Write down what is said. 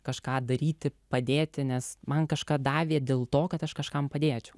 kažką daryti padėti nes man kažką davė dėl to kad aš kažkam padėčiau